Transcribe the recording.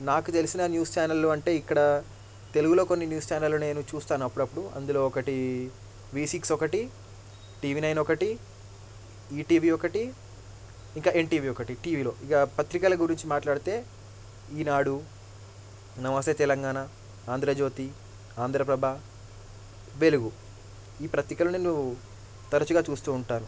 నాకు తెలిసిన న్యూస్ ఛానల్లు అంటే ఇక్కడ తెలుగులో కొన్ని న్యూస్ ఛానల్లు నేను చూస్తాను అప్పుడప్పుడు అందులో ఒకటి వీ సిక్స్ ఒకటి టీవీ నైన్ ఒకటి ఈటీవీ ఒకటి ఇంకా ఎన్టీవీ ఒకటి టీవీలో ఇక పత్రికల గురించి మాట్లాడితే ఈనాడు నమస్తే తెలంగాణ ఆంధ్రజ్యోతి ఆంధ్రప్రభ వెలుగు ఈ పత్రికలను తరచుగా చూస్తూ ఉంటాను